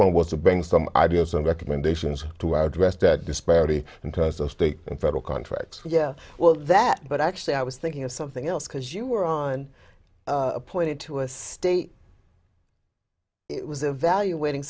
point was to bend some ideas and recommendations to address that disparity in terms of state and federal contracts yeah well that but actually i was thinking of something else because you were on appointed to a state it was evaluating